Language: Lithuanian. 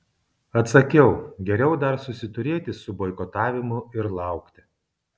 atsakiau geriau dar susiturėti su boikotavimu ir laukti